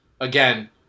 again